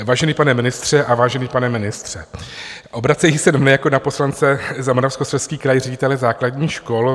Vážený pane ministře a vážený pane ministře, obracejí se na mě jako na poslance za Moravskoslezský kraj ředitelé základních škol.